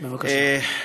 בבקשה.